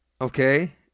Okay